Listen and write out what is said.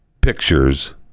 pictures